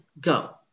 go